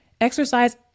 exercise